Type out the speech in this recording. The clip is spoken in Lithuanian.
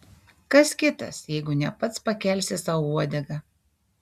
kas kitas jeigu ne pats pakelsi sau uodegą